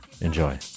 enjoy